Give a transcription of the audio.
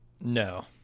No